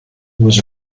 was